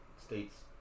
state's